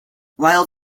while